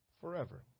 forever